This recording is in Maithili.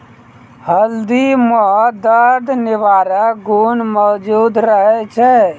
हल्दी म दर्द निवारक गुण मौजूद रहै छै